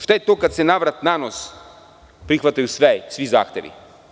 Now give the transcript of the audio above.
Šta je to kad se na vrat, na nos prihvataju svi zakoni?